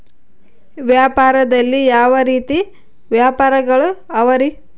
ವ್ಯಾಪಾರದಲ್ಲಿ ಯಾವ ರೇತಿ ವ್ಯಾಪಾರಗಳು ಅವರಿ?